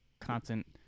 constant